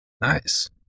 Nice